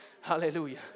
hallelujah